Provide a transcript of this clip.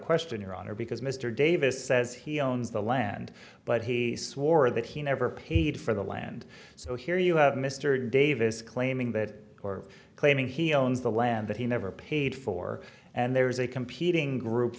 question your honor because mr davis says he owns the land but he swore that he never paid for the land so here you have mr davis claiming that or claiming he owns the land that he never paid for and there's a competing group